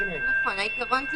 הרעיון הוא